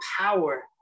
power